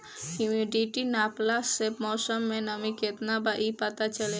humidity नापला से मौसम में नमी केतना बा इ पता चलेला